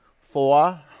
Four